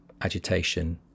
agitation